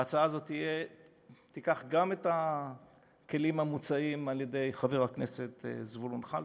וההצעה הזאת תיקח גם את הכלים המוצעים על-ידי חבר הכנסת זבולון כלפה,